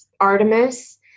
Artemis